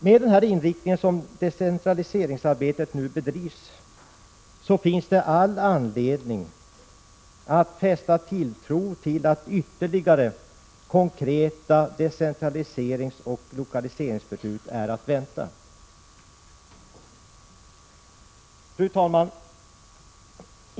Med den inriktning som decentraliseringsarbetet nu har finns det all anledning att fästa tilltro till att ytterligare konkreta decentraliseringsoch lokaliseringsbeslut är att vänta. Fru talman!